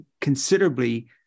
considerably